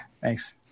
Thanks